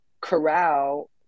corral